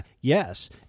yes